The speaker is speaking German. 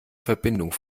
verbindung